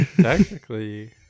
Technically